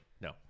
No